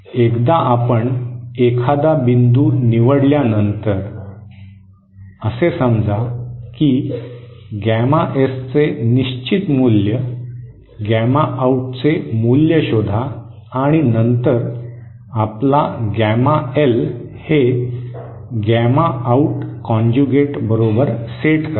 एकदा आपण एखादा बिंदू निवडल्यानंतर असे समजा की गॅमा एसचे निश्चित मूल्य गॅमा आऊटचे मूल्य शोधा आणि नंतर आपला गॅमा एल हे गॅमा आउट कॉंजुएट बरोबर सेट करा